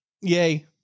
Yay